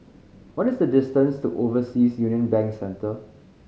what is the distance to Overseas Union Bank Centre